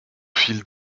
fil